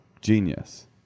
genius